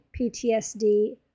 PTSD